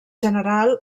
general